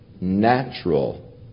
natural